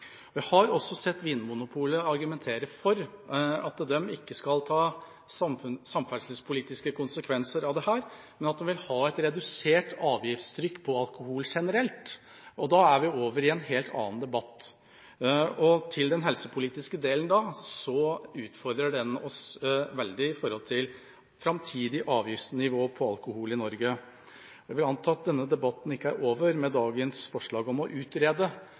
Vi har også sett Vinmonopolet argumentere for at de ikke skal ta de samferdselspolitiske konsekvensene av dette, men at de vil ha et redusert avgiftstrykk på alkohol generelt. Da er vi over i en helt annen debatt. Den helsepolitiske delen utfordrer oss da veldig når det gjelder framtidig avgiftsnivå på alkohol i Norge. Jeg vil anta at denne debatten ikke er over med dagens forslag om å utrede,